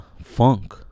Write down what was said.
funk